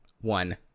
One